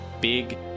big